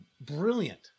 brilliant